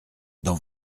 dans